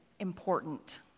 Important